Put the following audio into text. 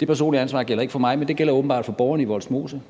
Det personlige ansvar gælder ikke for mig, men det gælder åbenbart for borgerne i Vollsmose.